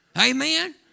Amen